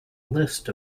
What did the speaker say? list